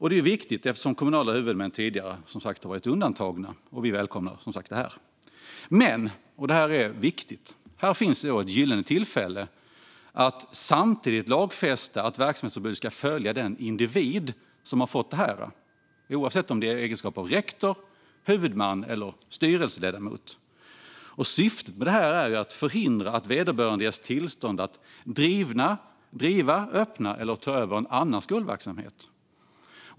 Detta är viktigt eftersom kommunala huvudmän tidigare har varit undantagna. Vi välkomnar detta. Men - och det är viktigt - här finns ett gyllene tillfälle att samtidigt lagfästa att verksamhetsförbud ska följa den individ som har fått det förelagt, oavsett om det är i egenskap av rektor, huvudman eller styrelseledamot. Syftet är att förhindra att vederbörande ges tillstånd att driva, öppna eller ta över en annan skolverksamhet.